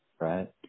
right